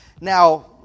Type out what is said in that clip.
now